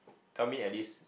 tell me at least